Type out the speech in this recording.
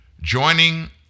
Joining